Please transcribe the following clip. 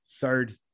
third